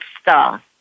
Star